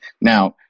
Now